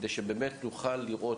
המזונות זה אוכל לילדים.